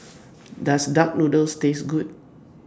Does Duck Noodles Taste Good